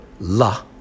La